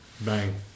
Bang